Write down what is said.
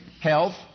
health